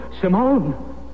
Simone